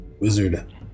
Wizard